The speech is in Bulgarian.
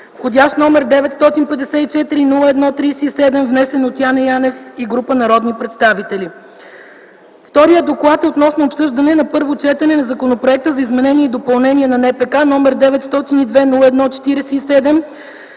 кодекс, № 954-01-37, внесен от Яне Янев и група народни представители”. Вторият доклад е относно обсъждане на първо четене на Законопроекта за изменение и допълнение на Наказателно-процесуалния